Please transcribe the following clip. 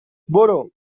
برو